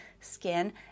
skin